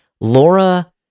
Laura